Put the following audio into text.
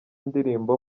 ndirimbo